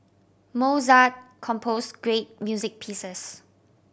Mozart compose great music pieces